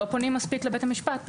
פשוט לא פונים מספיק לבית משפט.